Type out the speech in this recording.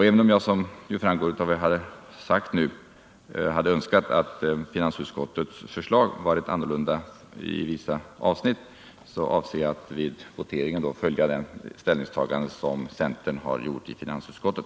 Även om jag, som framgår av det jag sagt nu, hade önskat att finansutskottets förslag varit annorlunda i vissa avsnitt, så avser jag att vid voteringen följa det ställningstagande som centern har gjort i finansutskottet.